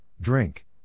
drink